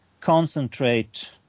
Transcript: concentrate